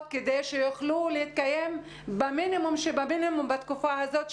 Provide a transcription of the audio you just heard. כדי שיוכלו להתקיים במינימום שבמינימום בתקופה הזאת?